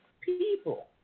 people